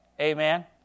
Amen